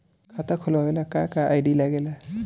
खाता खोलवावे ला का का आई.डी लागेला?